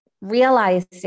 realizing